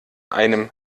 einem